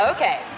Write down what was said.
Okay